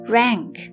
rank